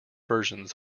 versions